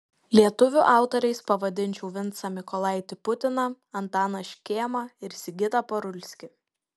lietuvių autoriais pavadinčiau vincą mykolaitį putiną antaną škėmą ir sigitą parulskį